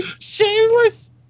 shameless